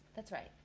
that's right.